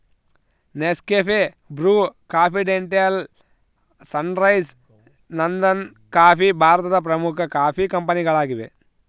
Nescafe, Bru, confidential, Sunrise, Nandan coffee ಭಾರತದ ಪ್ರಮುಖ coffee ಕಂಪನಿಗಳಾಗಿವೆ